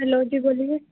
hello जी बोलिए